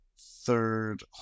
third